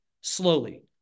slowly